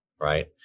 Right